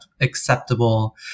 acceptable